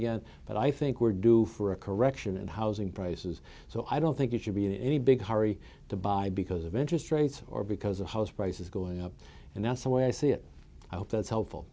again but i think we're due for a correction in housing prices so i don't think you should be in a big hurry to buy because of interest rates or because of house prices going up and that's the way i see it that's helpful